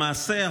למעשה,